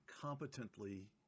competently